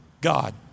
God